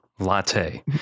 latte